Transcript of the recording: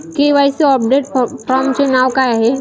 KYC update फॉर्मचे नाव काय आहे?